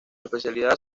especialidad